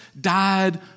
died